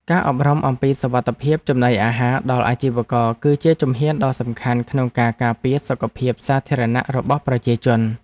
ការអប់រំអំពីសុវត្ថិភាពចំណីអាហារដល់អាជីវករគឺជាជំហានដ៏សំខាន់ក្នុងការការពារសុខភាពសាធារណៈរបស់ប្រជាជន។